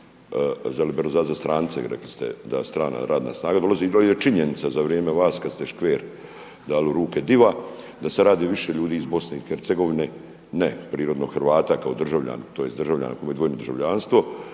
za liberalizaciju, za strance rekli ste da strana radna snaga. Jer činjenica za vrijeme vas kad ste škver dali u ruke DIV-a da se radi o više ljudi iz Bosne i Hercegovine, ne prirodno Hrvata kao državljana, tj. državljana koji imaju dvojno državljanstvo,